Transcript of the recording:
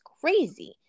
crazy